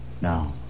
Now